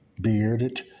Bearded